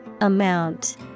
Amount